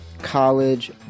college